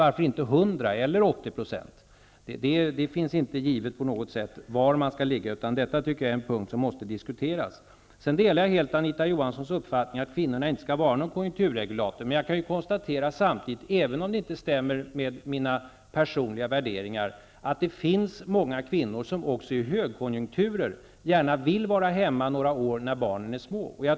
Varför inte 100 % eller 80 %? Detta är något som måste diskuteras. Jag delar helt Anita Johanssons uppfattning att kvinnorna inte skall vara någon konjunkturregulator. Jag konstaterar emellertid samtidigt, även om det inte stämmer med mina personliga värderingar, att det finns många kvinnor som också i högkonjunkturer gärna vill vara hemma några år när barnen är små.